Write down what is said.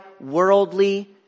worldly